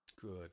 Good